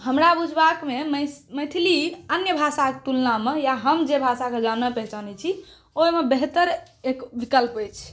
हमरा बुझबामे मैथिली अन्य भाषाके तुलनामे या हम जे भाषाके जानै पहचानै छी ओहिमे बेहतर एक विकल्प अछि